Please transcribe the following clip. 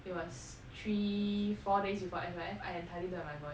it was three four days before S_Y_F I entirely don't have my voice